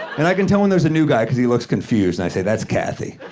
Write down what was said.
and i can tell when there's a new guy cause he looks confused, and i say, that's cathy.